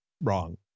wrong